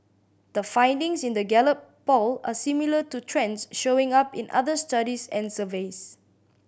the findings in the Gallup Poll are similar to trends showing up in other studies and surveys